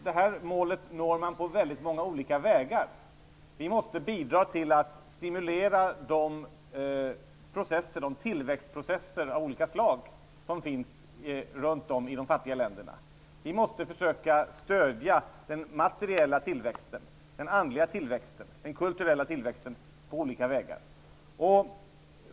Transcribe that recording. Det målet når man på väldigt många olika vägar. Vi måste bidra till att stimulera de tillväxtprocesser av olika slag som finns i de fattiga länderna. Vi måste försöka stödja den materiella, andliga och kulturella tillväxten på olika vägar.